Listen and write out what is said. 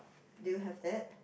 do you have that